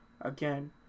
again